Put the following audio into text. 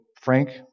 Frank